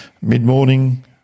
mid-morning